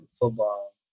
football